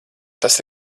tas